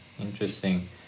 Interesting